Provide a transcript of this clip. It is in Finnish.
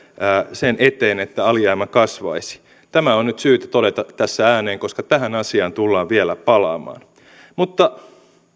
sen eteen että alijäämä kasvaisi tämä on nyt syytä todeta tässä ääneen koska tähän asiaan tullaan vielä palaamaan